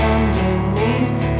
Underneath